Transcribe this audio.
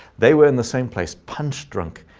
they were in the same place, punch drunk,